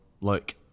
look